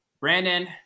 Brandon